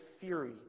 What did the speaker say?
fury